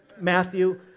Matthew